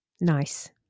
Nice